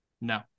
No